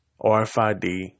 RFID